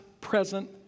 present